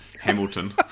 Hamilton